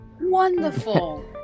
Wonderful